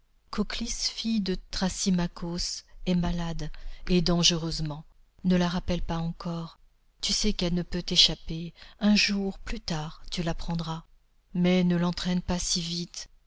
kokhlis fille de thrasymakhos est malade et dangereusement ne la rappelle pas encore tu sais qu'elle ne peut t'échapper un jour plus tard tu la prendras mais ne l'entraîne pas si vite